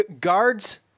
guards